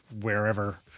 wherever